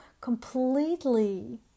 completely